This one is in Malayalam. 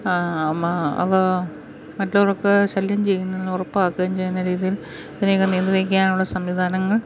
അവ മറ്റുള്ളവർക്ക് ശല്യം ചെയ്യുന്നില്ലെന്ന് ഉറപ്പാക്കുകയും ചെയ്യുന്ന രീതിയിൽ ഇതിനെയൊക്കെ നിയന്തിക്കാനുള്ള സംവിധാനങ്ങൾ